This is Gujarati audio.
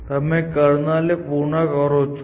તમે કર્નલને પૃન કરો છો